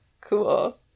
Cool